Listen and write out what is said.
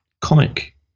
comic